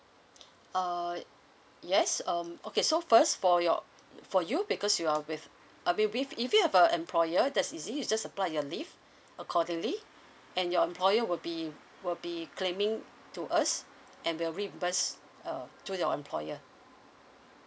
err yes um okay so first for your for you because you are with uh with with if you have a employer that's easy you just apply your leave accordingly and your employer will be will be claiming to us and we'll reimburse uh to your employer